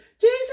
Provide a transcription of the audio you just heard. Jesus